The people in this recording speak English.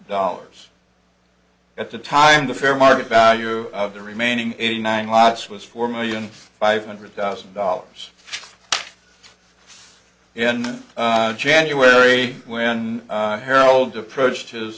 dollars at the time the fair market value of the remaining eighty nine lots was four million five hundred thousand dollars in january when harold approached his